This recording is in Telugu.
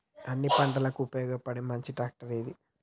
అన్ని పంటలకు ఉపయోగపడే మంచి ట్రాక్టర్ ఏది?